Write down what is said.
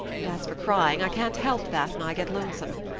and as for crying, i can't help that when i get lonesome.